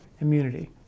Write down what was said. immunity